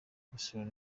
gushora